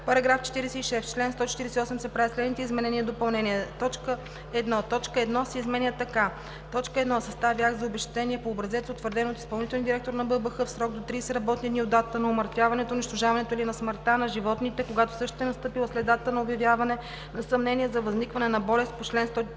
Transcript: § 46: „§ 46. В чл. 148 се правят следните изменения и допълнения: 1. Точка 1 се изменя така: „1. съставя акт за обезщетение по образец, утвърден от изпълнителния директор на БАБХ, в срок до 30 работни дни от датата на умъртвяването, унищожаването или на смъртта на животните, когато същата е настъпила след датата на обявяване на съмнение за възникване на болест по чл. 47,